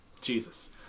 Jesus